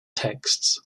texts